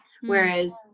Whereas